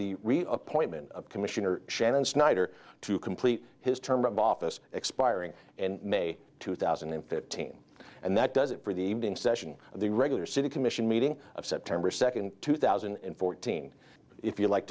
the appointment of commissioner shannon snyder to complete his term of office expiring and may two thousand and fifteen and that does it for the evening session of the regular city commission meeting of september second two thousand and fourteen if you like